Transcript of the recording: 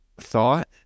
thought